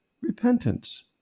Repentance